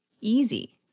easy